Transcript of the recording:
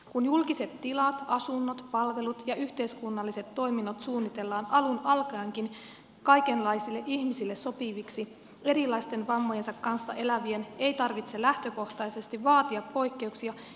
kun julkiset tilat asunnot palvelut ja yhteiskunnalliset toiminnot suunnitellaan alun alkaenkin kaikenlaisille ihmisille sopiviksi erilaisten vammojensa kanssa elävien ei tarvitse lähtökohtaisesti vaatia poikkeuksia ja erityiskohtelua